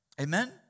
Amen